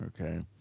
okay